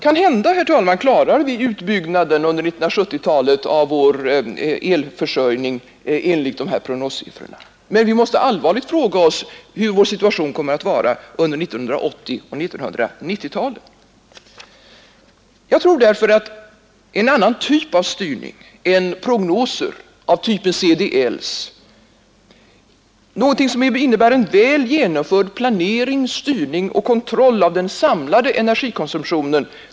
Kanske klarar vi utbyggnaden av vår elförsörjning under 1970-talet enligt dessa prognossiffror, men vi måste allvarligt fråga oss hurudan vår situation kommer att vara på 1980 och 1990-talen. Jag anser därför att en annan typ av styrning än prognoser av CDL:s typ framstår som ofrånkomlig, alltså någonting som innebär en väl genomförd planering, styrning och kontroll av den samlade energikonsumtionen.